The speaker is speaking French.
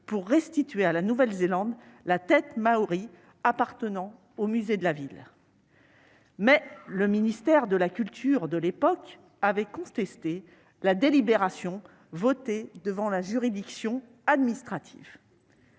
pour restituer à la Nouvelle-Zélande la tête maorie appartenant au musée de la ville. Mais le ministère de la culture de l'époque avait contesté la délibération votée devant la juridiction administrative.